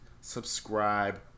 subscribe